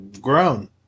grown